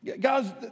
Guys